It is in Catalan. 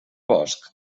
bosc